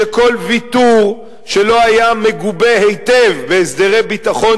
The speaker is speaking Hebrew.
שכל ויתור שלא היה מגובה היטב בהסדרי ביטחון